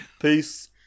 Peace